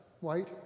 white